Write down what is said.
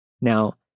Now